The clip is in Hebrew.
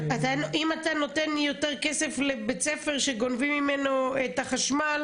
אבל אם אתה נותן יותר כסף לבית ספר שגונבים ממנו את החשמל